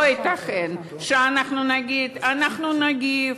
לא ייתכן שאנחנו נגיד: אנחנו נגיב,